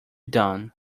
done